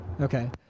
Okay